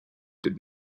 did